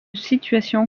situation